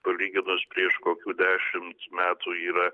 palyginus prieš kokių dešimt metų yra